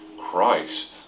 Christ